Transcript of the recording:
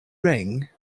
ring